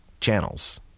channels